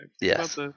Yes